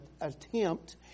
attempt